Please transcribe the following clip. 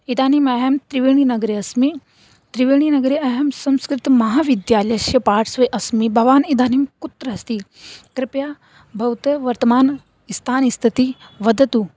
इदानीम् अहं त्रिवेणीनगरे अस्मि त्रिवेणीनगरे अहं संस्कृतमहाविद्यालयस्य पार्श्वे अस्मि भवान् इदानीं कुत्र अस्ति कृपया भवतः वर्तमानस्थानस्थितिं वदतु